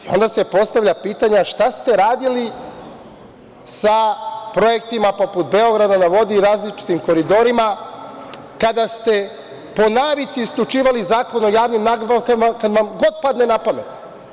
Onda se postavlja pitanje a, šta ste to radili sa projektima poput „Beograda na vodi“, različitim koridorima, kada ste, po navici, isključivali Zakon o javnim nabavkama, kad vam god padne na pamet.